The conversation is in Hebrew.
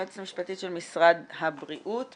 יועצת משפטית במשרד הבריאות,